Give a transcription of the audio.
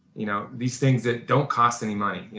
you know these things that don't cost any money.